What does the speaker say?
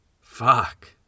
Fuck